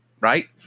right